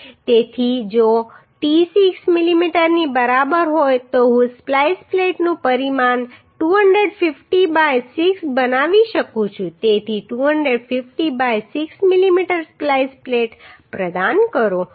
તેથી જો t 6 mm ની બરાબર હોય તો હું સ્પ્લાઈસ પ્લેટનું પરિમાણ 250 બાય 6 બનાવી શકું છું તેથી 250 બાય 6 mm સ્પ્લાઈસ પ્લેટ પ્રદાન કરો